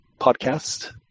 Podcast